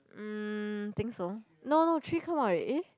um think so no no three come out already eh